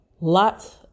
Lots